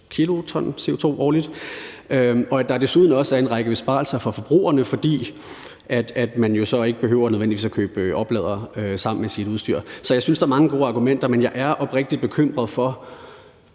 Desuden er der også en række besparelser for forbrugerne, fordi man så ikke nødvendigvis behøver at købe opladere sammen med sit udstyr. Så jeg synes, der er mange gode argumenter, men jeg er oprigtigt bekymret for